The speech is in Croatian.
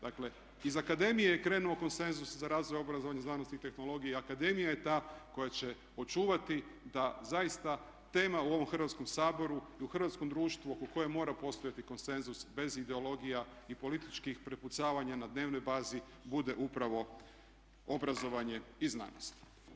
Dakle, iz akademije je krenuo konsenzus za razvoj obrazovanja, znanosti i tehnologije i akademija je ta koja će očuvati da zaista tema u ovom Hrvatskom saboru i u hrvatskom društvu oko koje mora postojati konsenzus bez ideologija i političkih prepucavanja na dnevnoj bazi bude upravo obrazovanje i znanost.